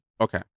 Okay